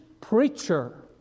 preacher